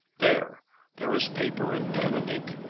there there is paper and pen and ink.